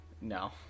No